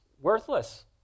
Worthless